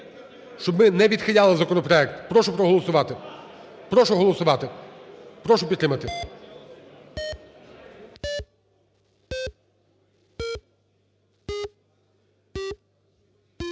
Щоб ми не відхиляли законопроект, прошу проголосувати. Прошу голосувати,